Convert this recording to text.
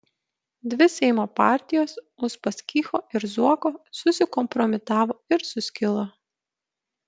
dvi seimo partijos uspaskicho ir zuoko susikompromitavo ir suskilo